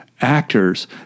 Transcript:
actors